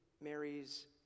Mary's